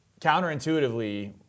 counterintuitively